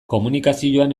komunikazioan